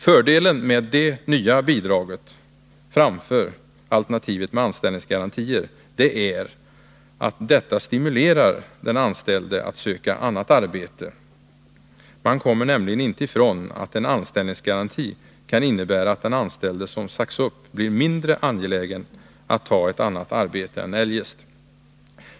Fördelen med det nya bidraget framför anställningsgarantier är att det stimulerar den anställde att söka annat arbete. Man kommer nämligen inte ifrån att en anställningsgaranti kan innebära att den anställde som har sagts upp blir mindre angelägen att ta ett annat arbete än eljest.